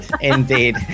indeed